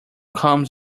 comes